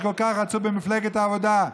שכל כך רצו במפלגת העבודה,